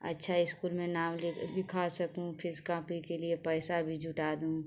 अच्छी इस्कूल में नाम लिखा सकूँ फीस काँपी के लिए पैसा भी जुटा दूँ